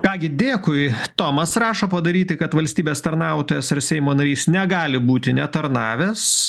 ką gi dėkui tomas rašo padaryti kad valstybės tarnautojas ar seimo narys negali būti netarnavęs